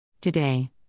Today